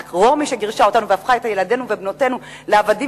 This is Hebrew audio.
רומי גירשה אותנו והפכה את ילדינו ובנותינו לעבדים